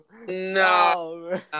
No